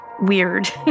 weird